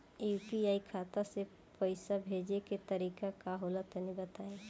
UPI खाता से पइसा भेजे के तरीका का होला तनि बताईं?